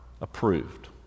approved